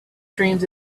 dreams